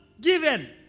given